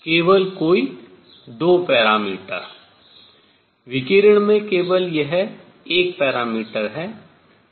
केवल कोई 2 पैरामीटर विकिरण में यह केवल एक पैरामीटर है